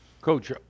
Coach